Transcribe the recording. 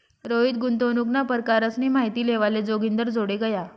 रोहित गुंतवणूकना परकारसनी माहिती लेवाले जोगिंदरजोडे गया